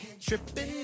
Tripping